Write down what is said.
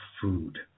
food